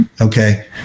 Okay